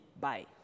Bye